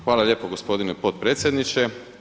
Hvala lijepo gospodine potpredsjedniče.